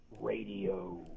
radio